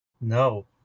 No